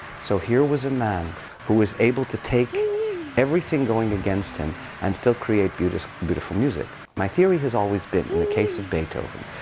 so here was a man who was able to take everything going against him and still create beautiful beautiful music. my theory has always been, in the case of beethoven,